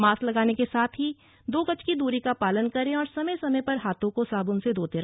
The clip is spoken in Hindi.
मास्क लगाने के साथ ही दो गज की दूरी का पालन करें और समय समय पर हाथों को साबुन से धोते रहें